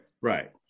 Right